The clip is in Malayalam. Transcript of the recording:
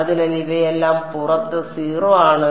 അതിനാൽ ഇവയെല്ലാം പുറത്ത് 0 ആണ്